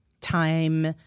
time